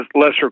lesser